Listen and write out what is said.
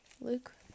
Luke